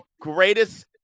greatest